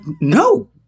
no